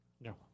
No